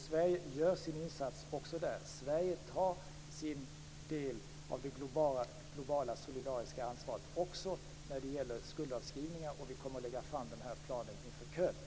Sverige gör sin insats också i detta avseende. Sverige tar sin del av det globala solidariska ansvaret också när det gäller skuldavskrivningar. Och vi kommer att lägga fram den här planen i Köln.